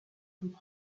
toute